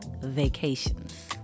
Vacations